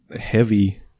heavy